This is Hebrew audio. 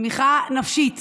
תמיכה נפשית